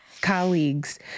colleagues